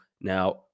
now